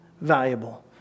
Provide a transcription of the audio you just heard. valuable